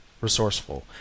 resourceful